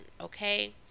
okay